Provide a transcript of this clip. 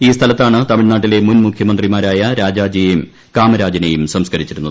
ഈ സ്ഥലത്താണ് തമിഴ്നാട്ടിലെ മുൻമുഖ്യമന്ത്രിമാരായ രാജാജിയെയും കാമരാജിനെയും സംസ്ക്കരിച്ചിരുന്നത്